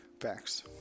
Facts